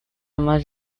más